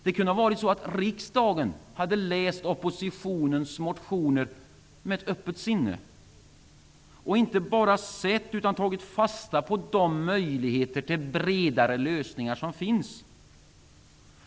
Det kunde ha varit så att riksdagen hade läst oppositionens motioner med öppet sinne, och inte bara sett, utan tagit fasta på, de möjligheter som finns till bredare lösningar.